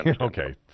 Okay